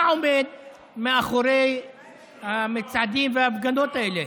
מה עומד מאחורי המצעדים וההפגנות האלה?